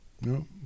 No